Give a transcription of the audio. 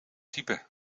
type